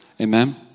amen